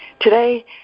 Today